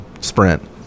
sprint